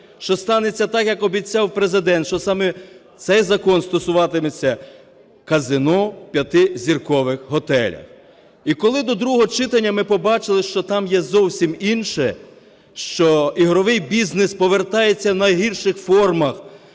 що станеться так, як обіцяв Президент, що саме цей закон стосуватиметься казино в п'ятизіркових готелях. І коли до другого читання ми побачили, що там є зовсім інше, що ігровий бізнес повертається в найгірших формах